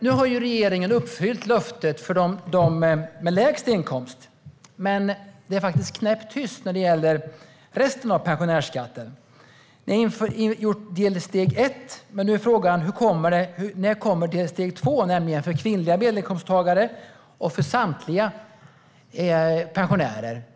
Nu har regeringen uppfyllt löftet för dem med lägst inkomst, men det är faktiskt knäpp tyst när det gäller resten av pensionärsskatten. Ni har gjort steg ett, men nu är frågan när steg två kommer, nämligen för kvinnliga medelinkomsttagare och för samtliga pensionärer.